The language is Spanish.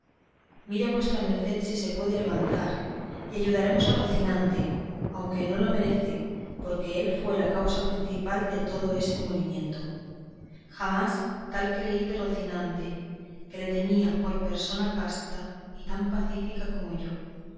mire vuestra merced si se puede levantar y ayudaremos a rocinante aunque no lo merece porque él fue la causa principal de todo este molimiento jamás tal creí de rocinante que le tenía por persona casta y tan pacífica como yo